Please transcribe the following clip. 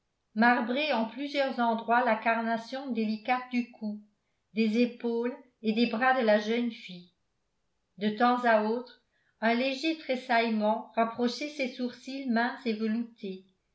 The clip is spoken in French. marbré en plusieurs endroits la carnation délicate du cou des épaules et des bras de la jeune fille de temps à autre un léger tressaillement rapprochait ses sourcils minces et veloutés